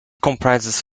comprises